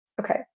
okay